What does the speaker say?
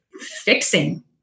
fixing